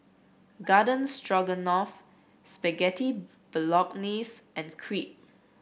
Garden Stroganoff Spaghetti Bolognese and Crepe